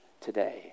today